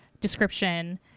description